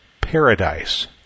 paradise